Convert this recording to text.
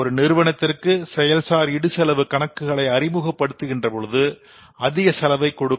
ஒரு நிறுவனத்திற்கு செயல்சார் இடுசெலவு கணக்குகளை அறிமுகபடுத்துகின்றதென்பது அதிக செலவை கொடுக்கும்